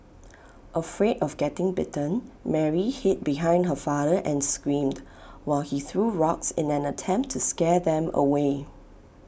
afraid of getting bitten Mary hid behind her father and screamed while he threw rocks in an attempt to scare them away